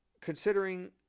considering